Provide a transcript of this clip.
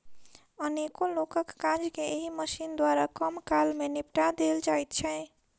अनेको लोकक काज के एहि मशीन द्वारा कम काल मे निपटा देल जाइत छै